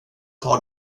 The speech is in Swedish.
tar